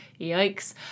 Yikes